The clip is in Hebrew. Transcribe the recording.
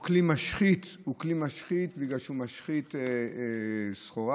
הוא כלי משחית, בגלל שהוא משחית סחורה,